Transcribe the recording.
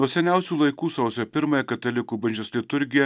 nuo seniausių laikų sausio pirmąją katalikų bažnyčios liturgija